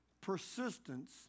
persistence